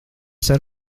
set